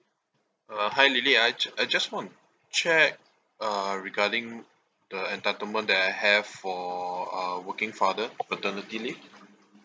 uh hi lily I ju~ I just want to check uh regarding the entitlement that I have for uh working father paternity leave